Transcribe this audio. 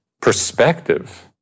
perspective